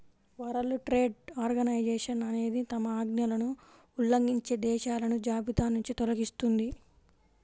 world trade organization అనేది తమ ఆజ్ఞలను ఉల్లంఘించే దేశాలను జాబితానుంచి తొలగిస్తుంది